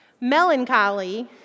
Melancholy